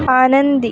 आनंदी